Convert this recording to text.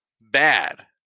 bad